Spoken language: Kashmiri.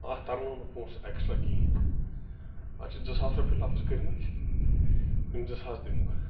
اَتھ تَرنو نہٕ پونٛسہٕ ایٚکٕسٹرا کِہیٖںٛۍ اَتھ چھِ زٕ ساس رۄپیہِ لفظ کٔرۍ مٕتۍ یِم زٕ ساس دِمہٕ بہٕ